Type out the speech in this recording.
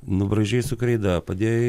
nubraižei su kreida padėjai